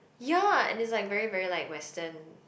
ya and is like very very like western